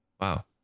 Wow